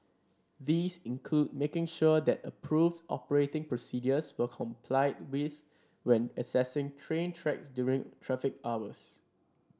these include making sure that approved operating procedures were complied with when accessing train tracks during traffic hours